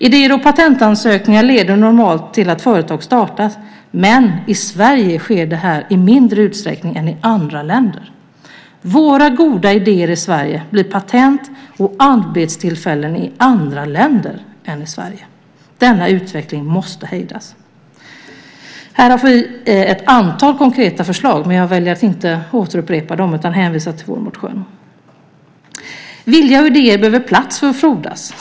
Idéer och patentansökningar leder normalt till att företag startas. Men i Sverige sker det här i mindre utsträckning än i andra länder. Våra goda idéer blir patent och arbetstillfällen i andra länder än Sverige. Denna utveckling måste hejdas. Här har vi ett antal konkreta förslag, men jag väljer att inte återupprepa dem utan hänvisar till vår motion. Vilja och idéer behöver plats för att frodas.